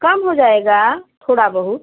कम हो जाएगा थोड़ा बहुत